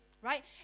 right